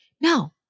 No